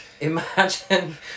imagine